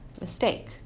mistake